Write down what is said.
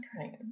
cream